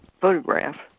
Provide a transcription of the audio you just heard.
photograph